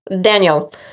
Daniel